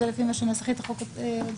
זה לפי מה שנסחית החוק הודיעה?